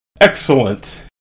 Excellent